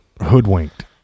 hoodwinked